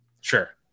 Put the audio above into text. Sure